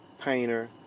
painter